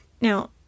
Now